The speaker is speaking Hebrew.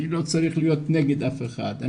אני לא צריך להיות נגד אף אחד,